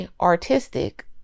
Artistic